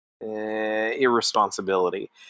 irresponsibility